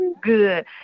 Good